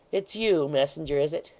it's you, messenger, is it?